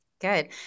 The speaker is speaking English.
good